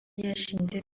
yashinje